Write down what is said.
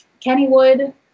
Kennywood